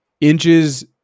inches